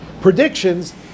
predictions